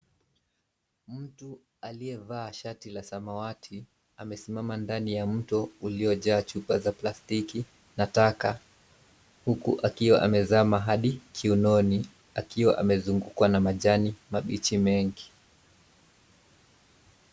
Mtu aliyevaa shati la samawati, amesimama ndani ya mto, uliojaa chupa za plastiki, na taka, huku akiwa amezama hadi kiunoni, akiwa amezungukwa na majani mabichi mengi.